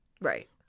right